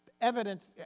evidence